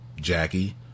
Jackie